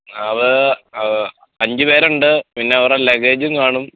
അത് അഞ്ചുപേരുണ്ട് പിന്നവരുടെ ലഗ്ഗേജുങ്കാണും